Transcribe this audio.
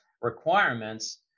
requirements